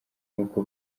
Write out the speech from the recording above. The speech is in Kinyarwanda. uko